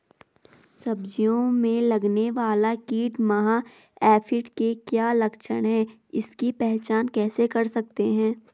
सब्जियों में लगने वाला कीट माह एफिड के क्या लक्षण हैं इसकी पहचान कैसे कर सकते हैं?